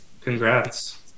Congrats